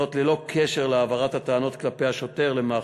וזאת ללא קשר להעברת הטענות נגד השוטר למח"ש,